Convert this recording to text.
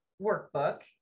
workbook